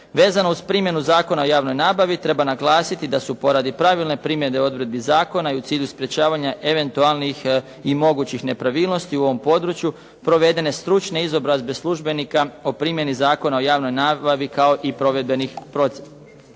Vezano uz primjenu Zakona o javnoj nabavi, treba naglasiti da su poradi pravilne primjene odredbi zakona i u cilju sprečavanja eventualnih i mogućih nepravilnosti u ovom području provedene stručne izobrazbe službenika o primjeni Zakona o javnoj nabavi, kao i provedbenih propisa.